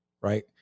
right